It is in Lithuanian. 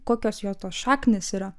kokios jo tos šaknys yra